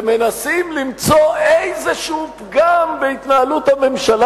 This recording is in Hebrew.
ומנסים למצוא איזה פגם בהתנהלות הממשלה,